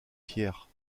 fière